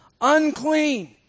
unclean